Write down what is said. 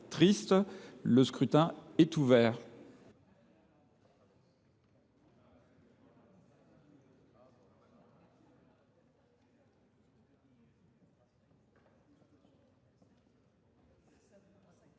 Le scrutin est ouvert.